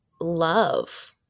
love